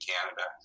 Canada